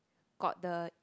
got the